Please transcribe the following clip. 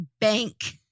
bank